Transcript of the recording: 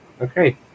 okay